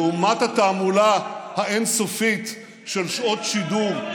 לעומת התעמולה האין-סופית של שעות שידור,